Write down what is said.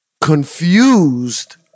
confused